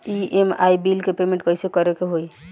EMI bill के payment कइसे करे के होई?